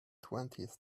twentieth